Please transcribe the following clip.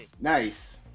Nice